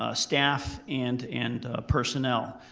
ah staff and and personnel.